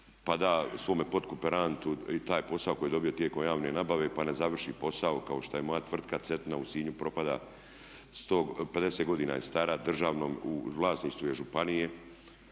pa da svome pod kooperantu i taj posao koji je dobio tijekom javne nabave pa ne završi posao kao što je moja tvrtka Cetina u Sinju propada 50 godina je stara, u vlasništvu je županije,